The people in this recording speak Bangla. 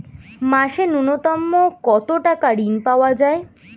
মাসে নূন্যতম কত টাকা ঋণ পাওয়া য়ায়?